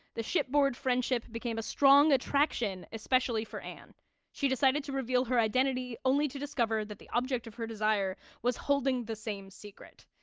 the shipboard friendship became a strong attraction especially for anne she decided to reveal her identity only to discover that the object of her desire was holding the same secret.